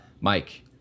Mike